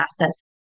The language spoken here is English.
assets